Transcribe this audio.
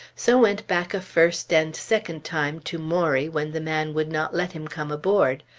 so went back a first and second time to maury when the man would not let him come aboard,